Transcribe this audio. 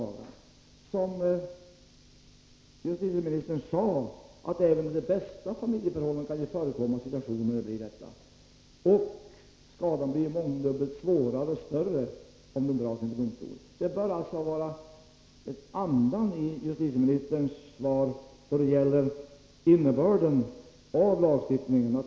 Det är ju som den tidigare justitieministern sade, att även under de bästa familjeförhållanden kan det förekomma situationer av det här slaget. Och skadan blir ju mångdubbelt större, om det hela dras inför domstol. Vad som skall gälla bör alltså vara andan i justitieministerns svar beträffande innebörden av lagstiftningen.